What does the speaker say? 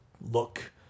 look